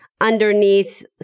underneath